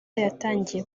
yatangiye